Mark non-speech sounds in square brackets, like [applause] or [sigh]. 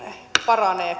paranee [unintelligible]